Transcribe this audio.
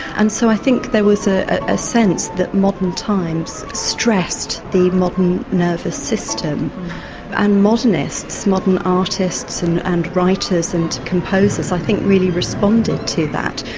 and so i think there was ah a sense that modern times stressed the modern nervous system and modernists, modern artists and and writers and composers i think really responded to that,